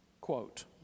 quote